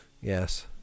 yes